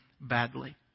badly